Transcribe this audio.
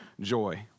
joy